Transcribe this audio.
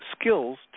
skills